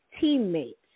teammates